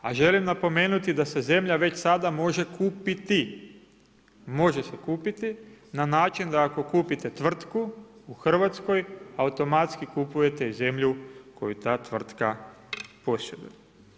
A želim napomenuti da se zemlja već sada može kupiti, može se kupiti na način da ako kupite tvrtku u Hrvatskoj, automatski kupujete i zemlju koju ta tvrtka posjeduje.